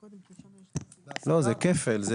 לא, זה כפל.